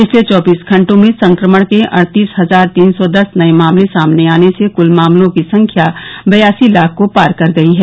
पिछले चौदीस घंटों में संक्रमण के अड़तीस हजार तीन सौ दस नये मामले सामने आने से कुल मामलों की संख्या बयासी लाख को पार कर गई है